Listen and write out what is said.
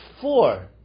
four